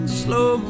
slow